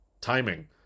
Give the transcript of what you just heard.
timing